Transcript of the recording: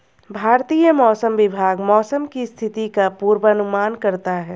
भारतीय मौसम विभाग मौसम की स्थिति का पूर्वानुमान करता है